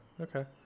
Okay